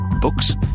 Books